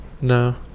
No